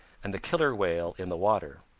and the killer whale in the water.